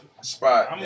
spot